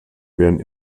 werden